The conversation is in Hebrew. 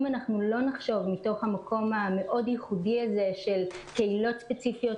אם לא נחשוב מתוך המקום הייחודי הזה של קהילות ספציפיות,